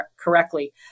correctly